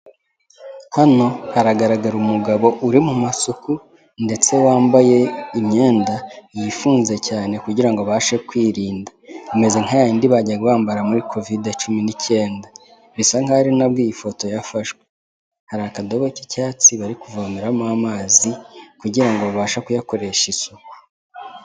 Hano haragaragara umugabo uri mu masuku ndetse wambaye imyenda yifunze cyane kugirango abashe kwirinda, imeze nka yayindi bajya bambara muri kovide cumi n'icyenda bisa nk'aho ari nabwo iyi foto yafashwe, hari akadobo k'icyatsi bari kuvomeramo amazi, kugirango babashe kuyakoresha isuku.